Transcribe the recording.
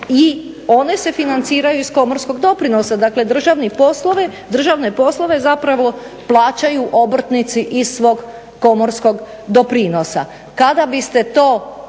i one se financiraju iz komorskog doprinosa. Dakle, državne poslove zapravo plaćaju obrtnici iz svog komorskog doprinosa.